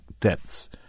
deaths